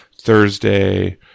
Thursday